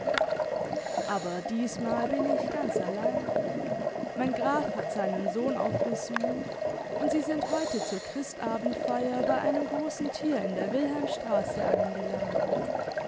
aber diesmal bin ich ganz allein mein graf hat seinen sohn auf besuch und sie sind heute zur christabendfeier bei einem großen tier in der wilhelmstraße eingeladen